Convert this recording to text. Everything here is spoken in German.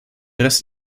rest